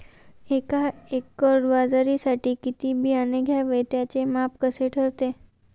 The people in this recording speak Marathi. एका एकर बाजरीसाठी किती बियाणे घ्यावे? त्याचे माप कसे ठरते?